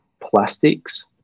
plastics